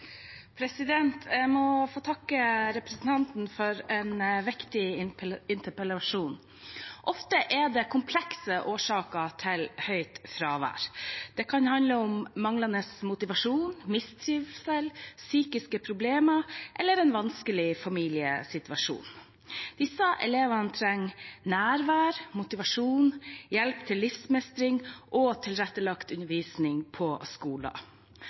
for en viktig interpellasjon. Ofte er det komplekse årsaker til høyt fravær. Det kan handle om manglende motivasjon, mistrivsel, psykiske problemer eller en vanskelig familiesituasjon. Disse elevene trenger nærvær, motivasjon, hjelp til livsmestring og tilrettelagt undervisning på